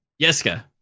yeska